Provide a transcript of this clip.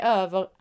över